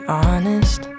honest